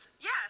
yes